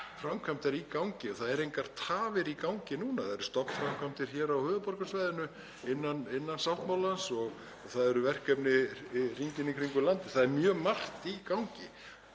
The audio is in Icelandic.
framkvæmdir í gangi og það eru engar tafir. Það eru stofnframkvæmdir hér á höfuðborgarsvæðinu innan sáttmálans og það eru verkefni hringinn í kringum landið. Það er mjög margt í gangi.